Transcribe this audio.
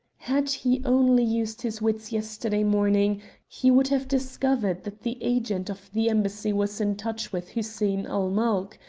had he only used his wits yesterday morning he would have discovered that the agent of the embassy was in touch with hussein-ul-mulk.